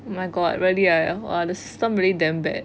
oh my god really ah !wah! the system really damn bad